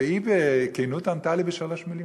והיא בכנות ענתה לי בשלוש מילים: